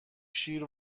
شیر